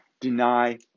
deny